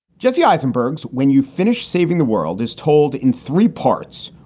jesse eisenberg's when you finish saving the world is told in three parts.